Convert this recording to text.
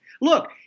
Look